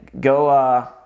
Go